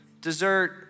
dessert